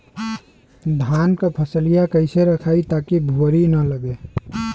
धान क फसलिया कईसे रखाई ताकि भुवरी न लगे?